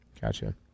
gotcha